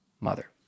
mother